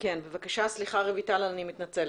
סליחה רויטל, אני מתנצלת.